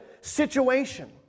situation